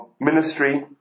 ministry